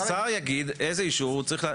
השר יגיד איזה אישור הוא צריך.